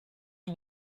you